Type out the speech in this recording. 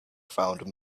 found